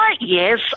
Yes